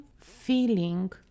feeling